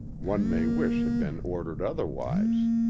one may wish had been ordered otherwise.